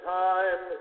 time